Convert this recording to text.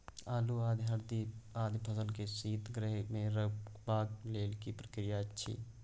आलू, आदि, हरदी आदि फसल के शीतगृह मे रखबाक लेल की प्रक्रिया अछि?